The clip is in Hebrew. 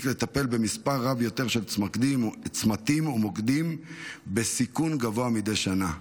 לטפל במספר רב יותר של צמתים ומוקדים בסיכון גבוה מדי שנה.